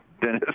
dennis